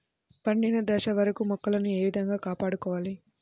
పండిన దశ వరకు మొక్కలను ఏ విధంగా కాపాడుకోవాలి?